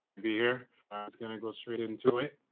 be here. i'm just gonna go straight into it.